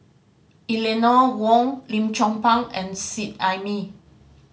Eleanor Wong Lim Chong Pang and Seet Ai Mee